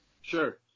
Sure